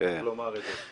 לומר את זה.